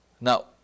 Now